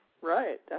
right